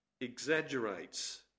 exaggerates